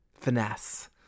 Finesse